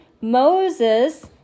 Moses